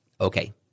Okay